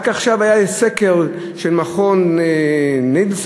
רק עכשיו היה סקר של מכון נילסן,